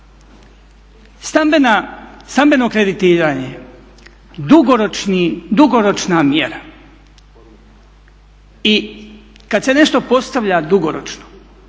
Stambeno kreditiranje, dugoročna mjera i kada se nešto postavlja dugoročno